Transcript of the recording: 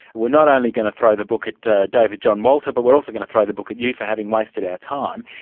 we're not only going to throw the book at david john walter but we're also going to throw the book at you for having wasted our time.